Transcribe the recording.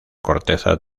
corteza